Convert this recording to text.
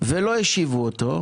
ולא השיבו אותו,